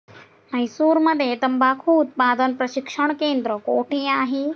म्हैसूरमध्ये तंबाखू उत्पादन प्रशिक्षण केंद्र कोठे आहे?